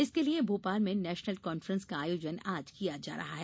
इसके लिए भोपाल में नेशनल कांफ्रेंस का आयोजन आज किया जा रहा है